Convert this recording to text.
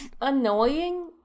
annoying